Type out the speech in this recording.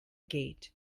gate